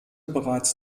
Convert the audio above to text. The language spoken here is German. bereits